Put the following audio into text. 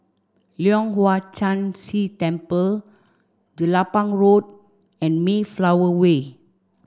Leong Hwa Chan Si Temple Jelapang Road and Mayflower Way